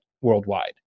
worldwide